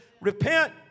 repent